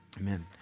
Amen